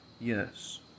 Yes